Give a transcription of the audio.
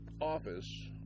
office